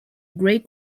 grey